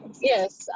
Yes